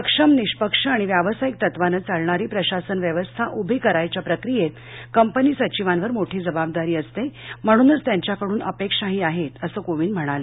सक्षम निष्पक्ष आणि व्यावसायिक तत्वानं चालणारी प्रशासन व्यवस्था उभी करायच्या प्रक्रियेत कंपनी सचिवांवर मोठी जबाबदारी असते म्हणूनच त्यांच्याकडून अपेक्षाही आहेत असं कोविंद म्हणाले